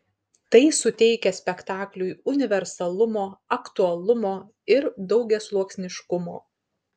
tai suteikia spektakliui universalumo aktualumo ir daugiasluoksniškumo